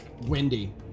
Wendy